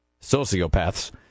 Sociopaths